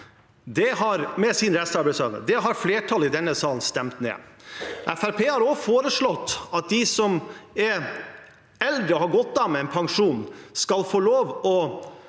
Det har flertallet i denne salen stemt ned. Fremskrittspartiet har også foreslått at de som er eldre og har gått av med pensjon, skal få lov å